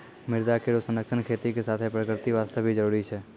मृदा केरो संरक्षण खेती के साथें प्रकृति वास्ते भी जरूरी छै